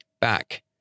Back